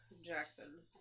Jackson